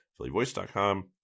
phillyvoice.com